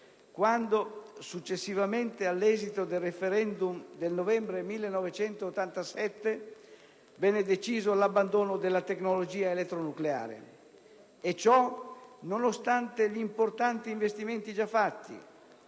quando, successivamente all'esito del *referendum* del novembre 1987, venne deciso l'abbandono della tecnologia elettronucleare. E ciò nonostante gli importanti investimenti già fatti